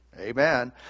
Amen